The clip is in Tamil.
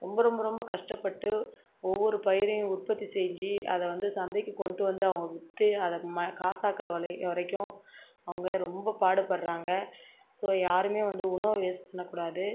ரொம்ப ரொம்ப ரொம்ப கஷ்டப்பட்டு ஒவ்வொரு பயிரையும் உற்பத்தி செஞ்சு அதை வந்து சந்தைக்கு கொண்டு வந்து அவங்க விற்று அதை ம காசாக்கிற வலை வரைக்கும் அவங்க ரொம்ப பாடுபடுறாங்க ஸோ யாருமே வந்து உணவு வேஸ்ட் பண்ணக்கூடாது